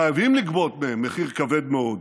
חייבים לגבות מהם מחיר כבד מאוד,